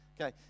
Okay